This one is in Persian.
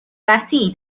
وسیعی